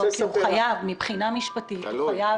מבחינה משפטית הוא חייב.